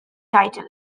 title